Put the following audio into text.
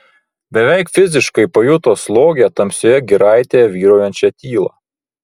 beveik fiziškai pajuto slogią tamsioje giraitėje vyraujančią tylą